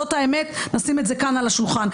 זאת האמת נשים את זה כאן על השולחן.